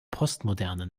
postmoderne